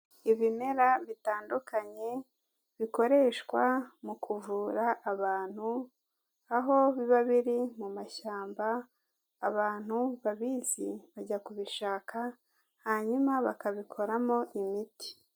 Ibimera bitandukanye bikoreshwa mu kuvura abantu, aho biba biri mu mashyamba abantu babizi bajya kubishaka hanyuma bakabikoramo imiti.